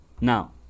Now